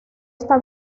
está